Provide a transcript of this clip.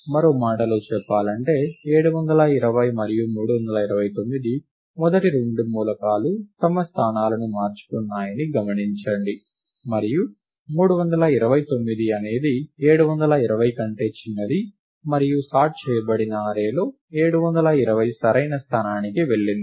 మరో మాటలో చెప్పాలంటే 720 మరియు 329 - మొదటి రెండు మూలకాలు తమ స్థలాలను మార్చుకున్నాయని గమనించండి మరియు 329 అనేది 720 కంటే చిన్నది మరియు సార్ట్ చేయబడిన అర్రేలో 720 సరైన స్థానానికి వెళ్లింది